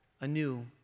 anew